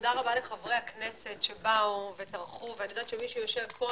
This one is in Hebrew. תודה רבה לחברי הכנסת שבאו וטרחו ואני יודעת שמי שיושב פה,